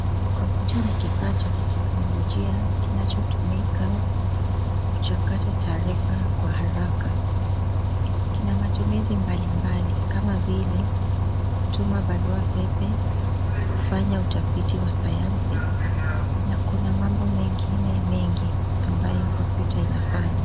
Kompyuta ni kifaa cha kiteknolojia kinachotumika kuchakata taarifa kwa haraka. Kina matumizi mbalimbali kama vile kutuma barua pepe, kufanya utafiti wa sayansi na kuna mambo mengine mengi ambayo kompyuta inafanya.